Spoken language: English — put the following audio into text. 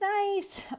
nice